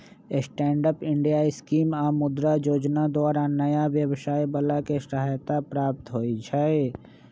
stand up India scheme आऽ मुद्रा जोजना द्वारा नयाँ व्यवसाय बला के सहायता प्राप्त होइ छइ